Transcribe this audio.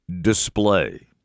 display